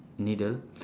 needle